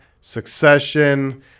Succession